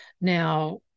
Now